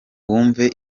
wumve